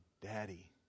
Daddy